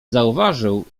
zauważył